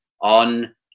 on